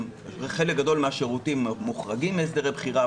וחלק גדול מהשירותים מוחרגים מהסדרי בחירה,